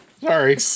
Sorry